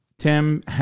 Tim